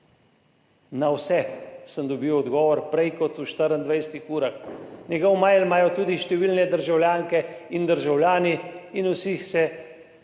na vse sem dobil odgovor prej kot v 24 urah. Njegov mail imajo tudi številne državljanke in državljani in vsi